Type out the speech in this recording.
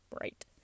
right